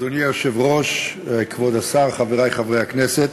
אדוני היושב-ראש, כבוד השר, חברי חברי הכנסת,